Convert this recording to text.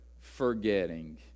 Forgetting